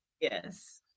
Yes